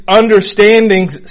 understandings